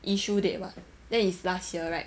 issue date [what] then it's last year right